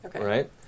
right